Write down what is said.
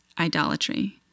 idolatry